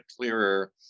clearer